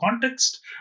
context